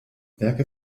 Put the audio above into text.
werke